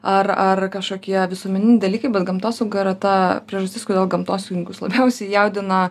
ar ar kažkokie visuomeniniai dalykai bet gamtosauga yra ta priežastis kodėl gamtosaugininkus labiausiai jaudina